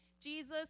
Jesus